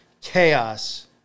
chaos